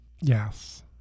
Yes